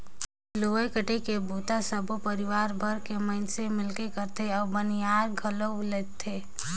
लुवई कटई के बूता ल सबो परिवार भर के मइनसे मिलके करथे अउ बनियार घलो लेजथें